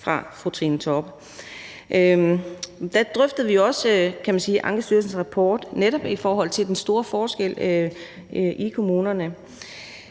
fra fru Trine Torp. Der drøftede vi jo også Ankestyrelsens rapport, netop i forhold til den store forskel i kommunerne.